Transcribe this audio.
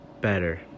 better